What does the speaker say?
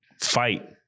fight